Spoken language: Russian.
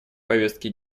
повестки